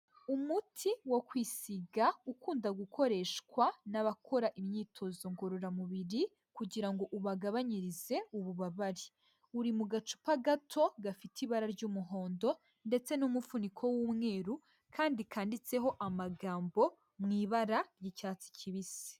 Umuti wo kwisiga ukunda gukoreshwa n'abakora imyitozo ngororamubiri kugira ngo ubagabanyirize ububabare. Uri mu gacupa gato gafite ibara ry'umuhondo ndetse n'umufuniko w'umweru kandi kanditseho amagambo mu ibara ry'icyatsi kibisi.